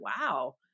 wow